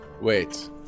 Wait